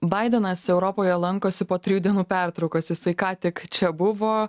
baidenas europoje lankosi po trijų dienų pertraukos jisai ką tik čia buvo